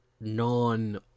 non